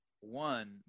one